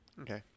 Okay